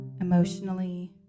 Emotionally